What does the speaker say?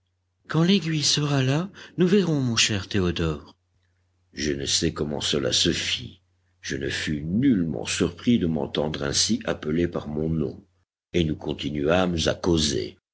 quand l'aiguille sera là nous verrons mon cher théodore je ne sais comment cela se fit je ne fus nullement surpris de m'entendre ainsi appeler par mon nom et nous continuâmes à causer